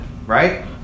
Right